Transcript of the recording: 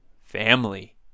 family